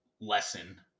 lesson